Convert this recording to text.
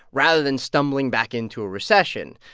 rather than stumbling back into a recession.